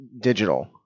digital